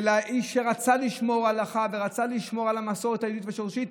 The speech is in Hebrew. שהאיש שרצה לשמור הלכה ורצה לשמור על המסורת היהודית והשורשית,